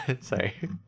Sorry